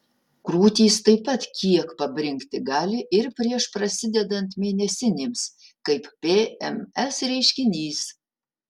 krūtys taip pat kiek pabrinkti gali ir prieš prasidedant mėnesinėms kaip pms reiškinys